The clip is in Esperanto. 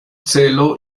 celo